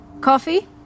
Coffee